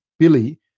billy